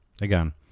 Again